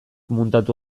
muntatu